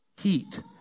Heat